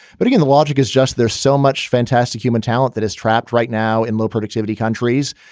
but again, the logic is just there's so much fantastic human talent that is trapped right now in low productivity countries.